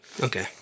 Okay